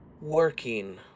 working